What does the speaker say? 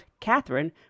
Catherine